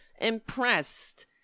impressed